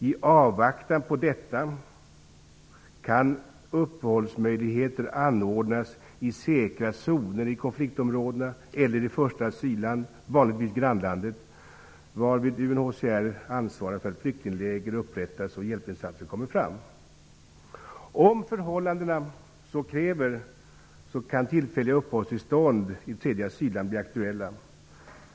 I avvaktan på detta kan uppehållsmöjligheter anordnas i säkra zoner i konfliktområdena eller i första asylland, vanligtvis grannlandet, varvid UNHCR ansvarar för att flyktingläger upprättas och hjälpinsatser kommer fram. Om förhållandena så kräver kan tillfälliga uppehållstillstånd i tredje asylland bli aktuella.